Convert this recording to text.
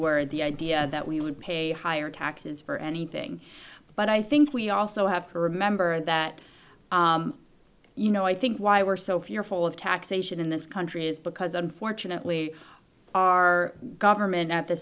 word the idea that we would pay higher taxes for anything but i think we also have to remember that you know i think why we're so fearful of taxation in this country is because unfortunately our government at the